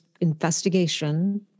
investigation